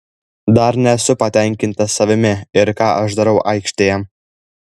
dar nesu patenkintas savimi ir ką aš darau aikštėje